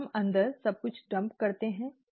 हम अंदर सब कुछ डंप करते हैं ठीक है